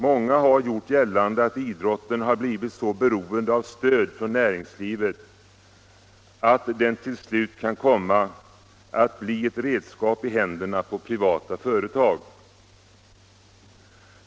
Många har gjort gällande att idrotten blivit så beroende av stöd från näringslivet att den till slut kan komma att bli ett redskap i händerna på privata företag.